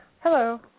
Hello